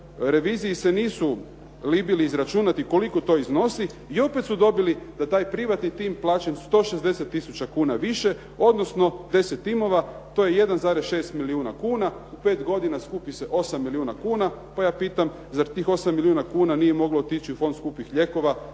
reviziji se nisu libili izračunati koliko to iznosi i opet su dobili da je taj privatni tim plaćen 160 tisuća kuna više, odnosno 10 timova to je 1,6 milijuna kuna. U pet godina skupi se 8 milijuna kuna pa ja pitam zar tih 8 milijuna kuna nije moglo otići u Fond skupih lijekova